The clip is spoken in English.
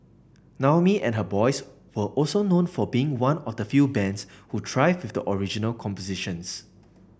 Naomi and her boys were also known for being one of the few bands who thrived with original compositions